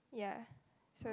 yeah